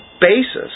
basis